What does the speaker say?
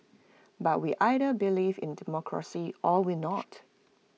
but we either believe in democracy or we not